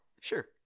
Sure